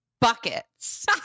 buckets